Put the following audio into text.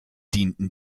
dienten